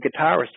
guitarist